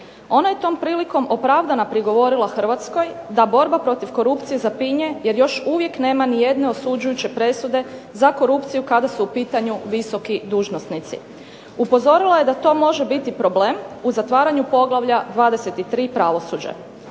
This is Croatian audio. Ona je tom prilikom opravdana prigovorila Hrvatskoj da borba protiv korupcije zapinje, jer još uvijek nema ni jedne osuđujuće presude za korupciju kada su u pitanju visoki dužnosnici. Upozorila je da to može biti problem u zatvaranju poglavlja 23. pravosuđe.